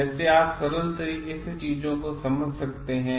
जैसे आप सरल तरीके से चीजों को समझा सकते हैं